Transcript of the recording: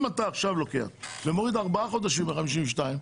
אם אתה לוקח עכשיו ומוריד 4 חודשים מה-52,